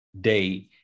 day